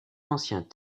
anciens